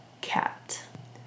cat